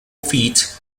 feat